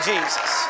Jesus